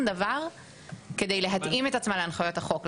דבר כדי להתאים את עצמה להנחיות החוק.